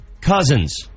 Cousins